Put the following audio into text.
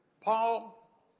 Paul